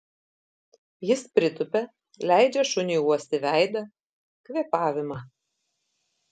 jis pritupia leidžia šuniui uosti veidą kvėpavimą